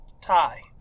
TIE